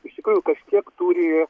iš tikrųjų kažkiek turi